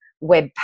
web